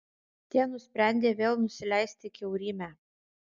tie nusprendė vėl nusileisti į kiaurymę